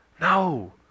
No